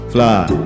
Fly